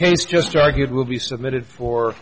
case just argued will be submitted for